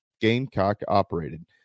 Gamecock-operated